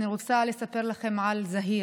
אני רוצה לספר לכם על זהיר.